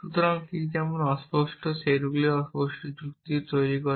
সুতরাং ঠিক যেমন অস্পষ্ট সেটগুলি অস্পষ্ট যুক্তির ভিত্তি তৈরি করে